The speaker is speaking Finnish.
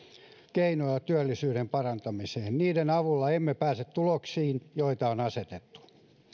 keinoja työllisyyden parantamiseen niiden avulla emme pääse tuloksiin joita on asetettu